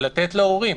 לתת להורים,